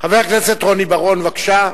חבר הכנסת רוני בר-און, בבקשה.